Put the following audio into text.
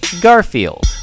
Garfield